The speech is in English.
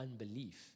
unbelief